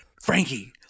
Frankie